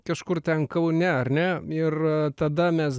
kažkur ten kaune ar ne ir tada mes